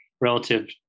relative